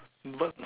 but